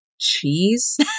Cheese